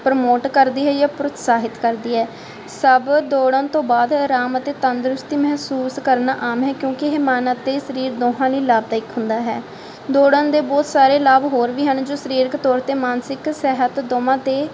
promote ਕਰਦੀ ਹੈ ਜਾਂ ਪ੍ਰੋਤਸਾਹਿਤ ਕਰਦੀ ਹੈ ਸਭ ਦੌੜਨ ਤੋਂ ਬਾਅਦ ਅਰਾਮ ਅਤੇ ਤੰਦਰੁਸਤੀ ਮਹਿਸੂਸ ਕਰਨਾ ਆਮ ਹੈ ਕਿਉਂਕਿ ਇਹ ਮਨ ਅਤੇ ਸਰੀਰ ਦੋਹਾਂ ਲਈ ਲਾਭਦਾਇਕ ਹੁੰਦਾ ਹੈ ਦੌੜਨ ਦੇ ਬਹੁਤ ਸਾਰੇ ਲਾਭ ਹੋਰ ਵੀ ਹਨ ਜੋ ਸਰੀਰਕ ਤੌਰ ਅਤੇ ਮਾਨਸਿਕ ਸਿਹਤ ਦੋਵਾਂ 'ਤੇ